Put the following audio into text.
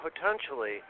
potentially